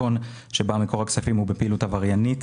הון שבה מקור הכספים הוא בפעילות עבריינית,